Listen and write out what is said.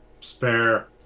spare